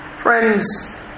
Friends